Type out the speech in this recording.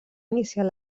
iniciat